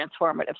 transformative